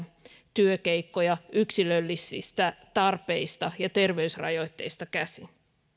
työkeikkoja yksilöllisistä tarpeista ja terveysrajoitteista käsin